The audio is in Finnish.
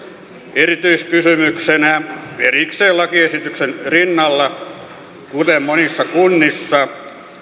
erityiskysymyksenä erikseen lakiesityksen rinnalla kuten monissa kunnissa